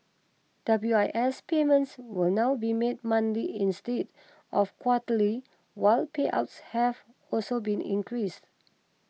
W I S payments will now be made monthly instead of quarterly while payouts have also been increased